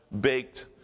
baked